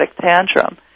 tantrum